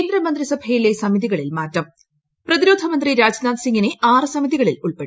കേന്ദ്ര മന്ത്രിസഭയിലെ സമിതികളിൽ മാറ്റം പ്രതിരോധമന്ത്രി രാജ്നാഥ് സിംഗിനെ ആറ് സമിതികളിൽ ഉൾപ്പെടുത്തി